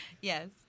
Yes